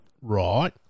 right